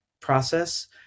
process